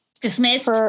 dismissed